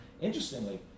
interestingly